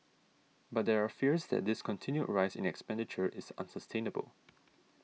but there are fears that this continued rise in expenditure is unsustainable